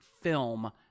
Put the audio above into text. film